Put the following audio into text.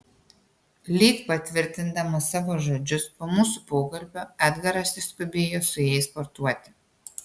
lyg patvirtindamas savo žodžius po mūsų pokalbio edgaras išskubėjo su jais sportuoti